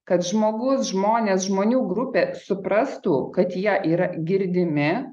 kad žmogus žmonės žmonių grupė suprastų kad jie yra girdimi